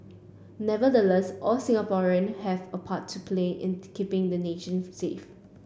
nevertheless all Singaporean have a part to play in keeping the nation safe